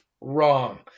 wrong